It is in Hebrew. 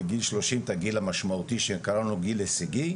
לגיל שלושים את הגיל המשמעותי שקראנו לו גיל הישגי.